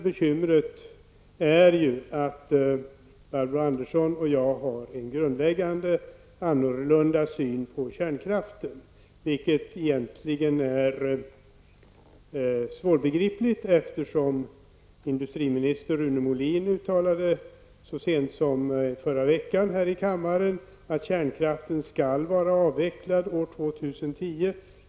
Bekymret är ju att Barbro Andersson har en helt annan grundläggande syn på kärnkraften än jag, något som egentligen är svårbegripligt, eftersom industriminister Rune Molin så sent som i förra veckan här i kammaren sade att kärnkraften skall vara avvecklad år 2010.